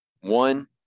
One